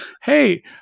Hey